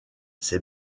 ces